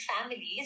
families